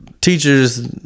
teachers